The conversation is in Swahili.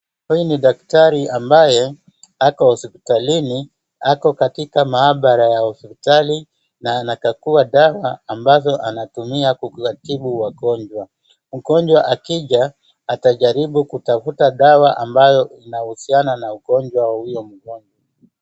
Huyu ni daktari ambaye ako hospitalini ako katika mahabara ya hospitali na anakagua dawa ambazo anatumia kuwatibu wagonjwa. Mgojwa akija atajaribu kutafuta dawa ambayo inahusiana na ugonjwa wa huyo mgojwa.